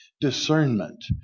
discernment